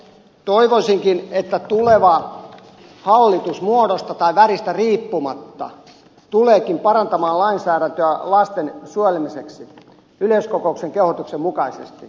toivoisinkin että tuleva hallitus muodosta tai väristä riippumatta tuleekin parantamaan lainsäädäntöä lasten suojelemiseksi yleiskokouksen kehotuksen mukaisesti